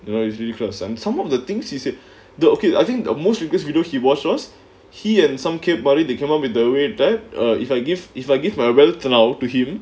you know it's really close and some of the things he said the okay I think the most because we don't he was he and some கேப்மாரி:kepmaari they come up with the way that uh if I give if I give my wealth now to him